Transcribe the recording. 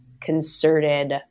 concerted